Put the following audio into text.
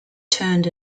turned